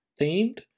themed